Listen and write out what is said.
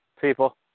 people